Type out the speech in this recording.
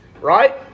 right